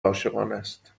عاشقانست